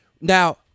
now-